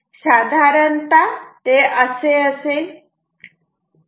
साधारणतः ते असे असेल